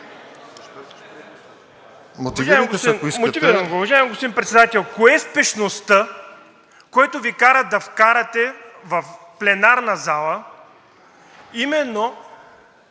Мотивирам го. Уважаеми господин Председател, коя е спешността, която Ви кара да вкарате в пленарната зала